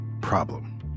problem